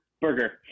Burger